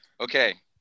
Okay